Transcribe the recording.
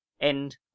End